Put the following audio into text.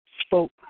spoke